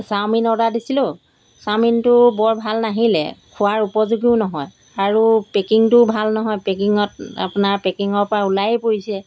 chowmein order দিছিলোঁ চাওমিনটো বৰ ভাল নাহিলে খোৱাৰ উপযোগীও নহয় আৰু পেকিঙটোও ভাল নহয় পেকিঙত আপোনাৰ পেকিঙৰ পৰা ওলাইয়েই পৰিছে